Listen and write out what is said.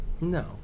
No